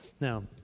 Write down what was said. Now